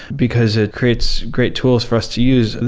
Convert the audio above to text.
because it creates great tools for us to use.